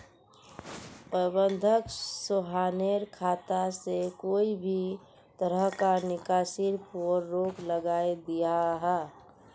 प्रबंधक सोहानेर खाता से कोए भी तरह्कार निकासीर पोर रोक लगायें दियाहा